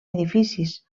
edificis